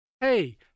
hey